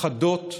חדות וברורות.